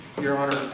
your honor,